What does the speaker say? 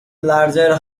larger